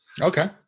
Okay